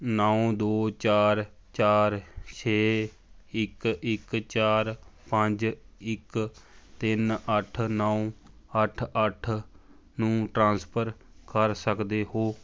ਨੌ ਦੋ ਚਾਰ ਚਾਰ ਛੇ ਇੱਕ ਇੱਕ ਚਾਰ ਪੰਜ ਇੱਕ ਤਿੰਨ ਅੱਠ ਨੌ ਅੱਠ ਅੱਠ ਨੂੰ ਟ੍ਰਾਂਸਫਰ ਕਰ ਸਕਦੇ ਹੋ